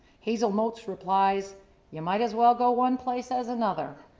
hazel mulch replies you might as well go one place as another.